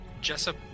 Jessup